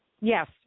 Yes